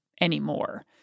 anymore